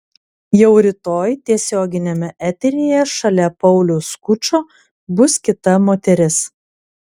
jau rytoj tiesioginiame eteryje šalia pauliaus skučo bus kita moteris